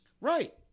Right